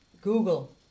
Google